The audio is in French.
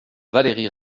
valérie